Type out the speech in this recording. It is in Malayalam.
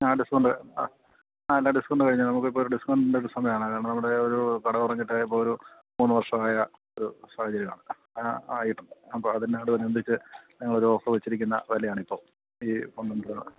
ആ ഡിസ്കൗണ്ട് ആ അല്ല ഡിസ്കൗണ്ട് കഴിഞ്ഞാൽ നമുക്കിപ്പോൾ ഒരു ഡിസ്കൗണ്ട്ൻന്റെ സമയം ആണ് കാരണം നമ്മുടെ ഒരു കട തുടങ്ങിയിട്ട് ഇപ്പം ഒരു മൂന്ന് വർഷമായ ഒരു സാഹചര്യമാണ് ആ ആയിട്ടുണ്ട് അപ്പം അതിനോടനുബന്ധിച്ച് ഞങ്ങളൊരു ഓഫർ വെച്ചിരിക്കുന്ന വിലയാണ് ഇപ്പം ഈ പന്ത്രണ്ട് രൂപ